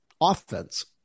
offense